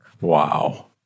Wow